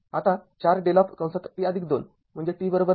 आता४δt२ म्हणजे t २ आहे बरोबर